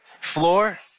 Floor